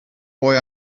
boy